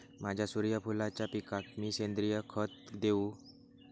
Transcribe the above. माझ्या सूर्यफुलाच्या पिकाक मी सेंद्रिय खत देवू?